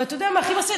ואתה יודע מה הכי מעצבן?